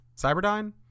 Cyberdyne